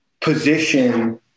position